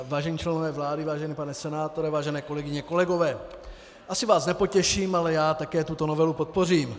Vážení členové vlády, vážený pane senátore, vážené kolegyně a kolegové, asi vás nepotěším, ale já také tuto novelu podpořím.